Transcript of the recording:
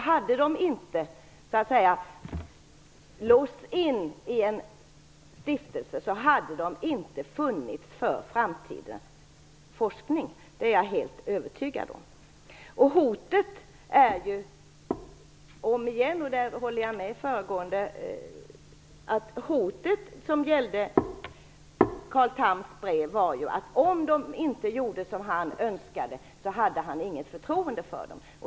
Om pengarna inte hade låsts in i en stiftelse skulle de inte ha funnits för framtida forskning. Det är jag helt övertygad om. Återigen: Hotet när det gäller Carl Thams brev var, och på den punkten håller jag med föregående talare, att om de inte gjorde som han önskade så hade han inget förtroende för dem.